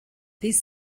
these